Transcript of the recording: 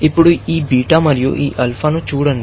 ఇప్పుడు ఈ బీటా మరియు ఈ ఆల్ఫాను చూడండి